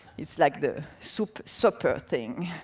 it's like the supper supper thing.